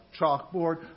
chalkboard